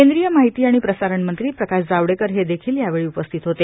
केंद्रीय माहिती आणि प्रसारण मध्वी प्रकाश जावडेकर हे देखील यावेळी उपस्थित होते